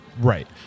Right